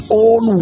own